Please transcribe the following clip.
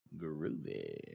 groovy